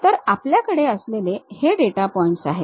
तर आपल्याकडे असलेले हे डेटा पॉइंट आहेत